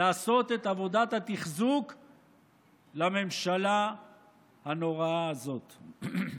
לעשות את עבודת התחזוק לממשלה הנוראה הזאת.